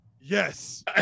Yes